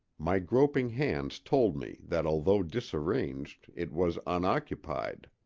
my groping hands told me that although disarranged it was unoccupied.